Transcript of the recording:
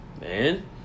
Man